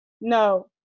No